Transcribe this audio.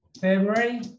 February